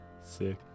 Sick